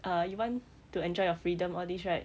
err you want to enjoy your freedom all these right